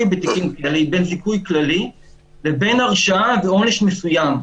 לזיכוי כללי לבין הרשעה ועונש מסוים.